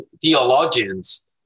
theologians